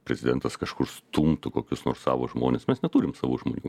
prezidentas kažkur stumtų kokius nors savo žmones mes neturim savų žmonių